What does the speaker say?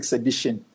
edition